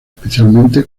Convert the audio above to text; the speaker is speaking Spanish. especialmente